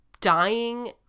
dying